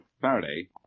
Faraday